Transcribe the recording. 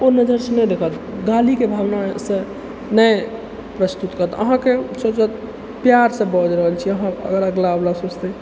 ओ नजरिसँ नहि देखत गालीके भावनासँ नहि प्रस्तुत करत अहाँके सोचत प्यारसँ बाजि रहल छियै अगिलावला सोचतै